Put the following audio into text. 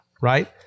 right